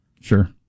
Sure